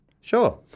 Sure